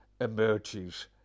emerges